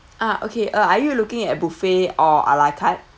ah okay uh are you looking at buffet or a la carte